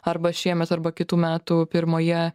arba šiemet arba kitų metų pirmoje